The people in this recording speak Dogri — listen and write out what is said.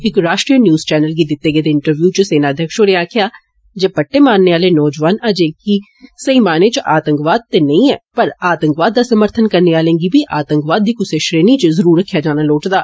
इक राश्ट्रीय न्यूज चैनल गी दित्ते गेदे इंटरव्यू च सेनाध्यक्ष होरें आक्खेया जे बट्टे मारने आला नोजवान अजें कि सेही मायने च आंतकवाद ते नेई ऐ पर आंतकवाद दा समर्थन करने आलें गी बी आंतकवाद दी कुसै श्रेणी च जरूर रखेया जाना लोढ़चदा